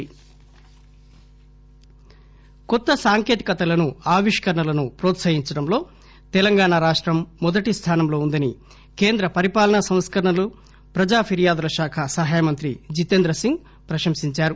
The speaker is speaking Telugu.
ఆవిష్కరణలు కొత్త సాంకేతికతలను ఆవిష్కరణలను ప్రోత్పహించడంలో తెలంగాణ రాష్టం మొదటిస్లానంలో వుందని కేంద్ర పరిపాలనా సంస్కరణలు ప్రజా ఫిర్యాదుల శాఖ సహాయ మంత్రి జితేంద్రసింగ్ ప్రశంసించారు